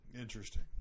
Interesting